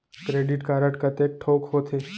Credit card कतेक ठोक होथे?